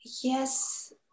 Yes